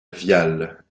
viale